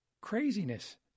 craziness